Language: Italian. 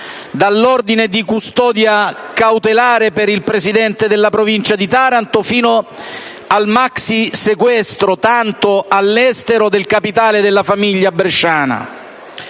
dall'ordine di custodia cautelare per il presidente della Provincia di Taranto, fino al maxisequestro del capitale della famiglia bresciana